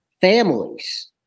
families